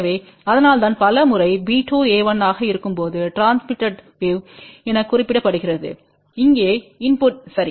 எனவே அதனால்தான் பல முறை b2a1 ஆகஇருக்கும்போதுட்ரான்ஸ்மிட்டடு வேவ் என குறிப்பிடப்படுகிறது இங்கே இன்புட் சரி